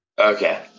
Okay